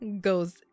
goes